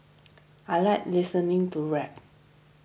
I like listening to rap